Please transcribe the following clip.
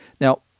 Now